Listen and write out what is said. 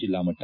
ಜಿಲ್ಲಾ ಮಟ್ಟ